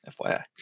FYI